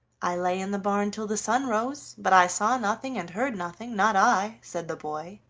i lay in the barn till the sun rose, but i saw nothing and heard nothing, not i, said the boy.